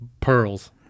pearls